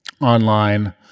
online